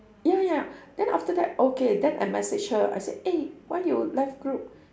ya ya then after that okay then I message her I said eh why you left group